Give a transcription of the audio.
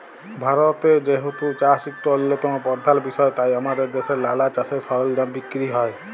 ভারতে যেহেতু চাষ ইকট অল্যতম পরধাল বিষয় তাই আমাদের দ্যাশে লালা চাষের সরলজাম বিক্কিরি হ্যয়